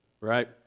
Right